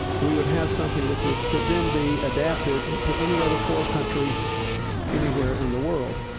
we would have something that that could then be adapted to any other poor country anywhere in the world.